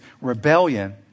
rebellion